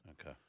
Okay